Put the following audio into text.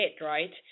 right